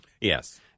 Yes